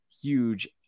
huge